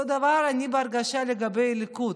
אותו דבר אני בהרגשה לגבי הליכוד,